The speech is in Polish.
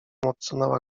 odsunęła